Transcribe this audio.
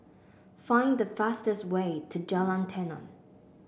find the fastest way to Jalan Tenon